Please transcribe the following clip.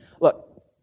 look